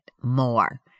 more